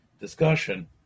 discussion